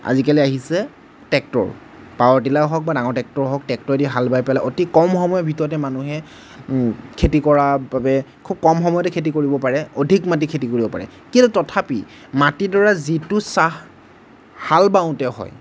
আজিকালি আহিছে tractor power tiller হওঁক বা ডাঙৰ ট্ৰেক্টৰ হওঁক ট্ৰেক্টৰে দি হাল বাই পেলে অতি কম সময়ৰ ভিতৰতে মানুহে খেতি কৰা বাবে খুব কম সময়তে খেতি কৰিব পাৰে অধিক মাটি খেতি কৰিব পাৰে কিন্তু তথাপি মাটিডৰা যিটো চাহ হাল বাওঁতে হয়